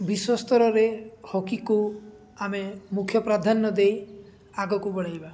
ବିଶ୍ୱସ୍ତରରେ ହକିକୁ ଆମେ ମୁଖ୍ୟ ପ୍ରାଧାନ୍ୟ ଦେଇ ଆଗକୁ ବଢ଼ାଇବା